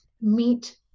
meet